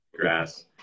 grass